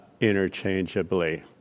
interchangeably